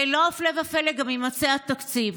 והפלא ופלא, גם יימצא התקציב.